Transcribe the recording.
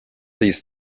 these